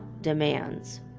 demands